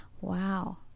Wow